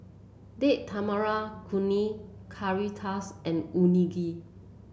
Date Tamarind Chutney Currywurst and Unagi